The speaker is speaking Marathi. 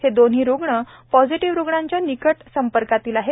हे दोन्ही रुग्ण पॉझेटिव्हरुग्णांच्या निकटच्या संपर्कातील आहेत